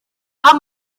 pam